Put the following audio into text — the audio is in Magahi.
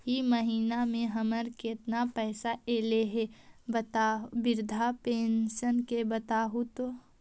इ महिना मे हमर केतना पैसा ऐले हे बिधबा पेंसन के बताहु तो?